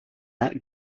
that